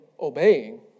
obeying